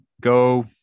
go